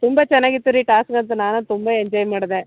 ತುಂಬ ಚೆನ್ನಾಗಿತ್ತು ರೀ ಟಾಸ್ಕ್ಗಳಂತು ನಾನಂತು ತುಂಬ ಎಂಜಾಯ್ ಮಾಡಿದೆ